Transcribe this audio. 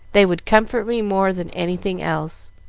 they would comfort me more than anything else.